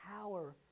power